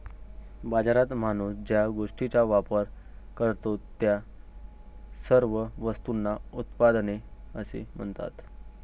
बाजारात माणूस ज्या गोष्टींचा वापर करतो, त्या सर्व वस्तूंना उत्पादने असे म्हणतात